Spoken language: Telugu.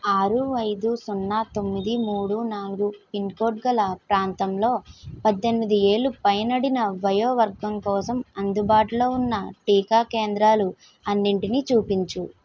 ఆరు ఐదు సున్న తొమ్మిది మూడు నాలుగు పిన్కోడ్ గల ప్రాంతంలో పద్దెనిమిది ఏళ్ళు పైనడిన వయోవర్గం కోసం అందుబాటులో ఉన్నటీకా కేంద్రాలు అన్నిటినీ చూపించు